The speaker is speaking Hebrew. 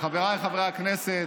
חבריי חברי הכנסת,